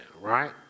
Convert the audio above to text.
right